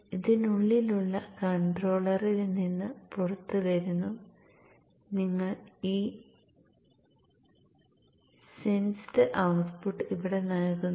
ഇതിനുള്ളിലുള്ള കൺട്രോളറിൽ നിന്ന് പുറത്തുവരുന്നു നിങ്ങൾ ഈ സെൻസ്ഡ് ഔട്ട്പുട്ട് ഇവിടെ നൽകുന്നു